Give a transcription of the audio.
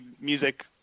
music